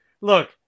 look